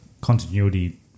continuity